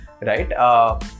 right